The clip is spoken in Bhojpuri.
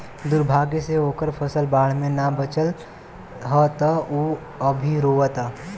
दुर्भाग्य से ओकर फसल बाढ़ में ना बाचल ह त उ अभी रोओता